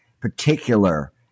particular